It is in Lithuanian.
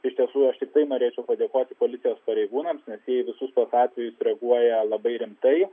iš tiesų aš tiktai norėčiau padėkoti policijos pareigūnams nes jie į visus tuos atvejus reaguoja labai rimtai